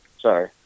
Sorry